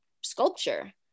sculpture